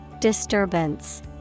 Disturbance